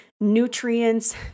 nutrients